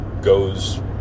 goes